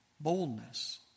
Boldness